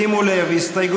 רק שנייה.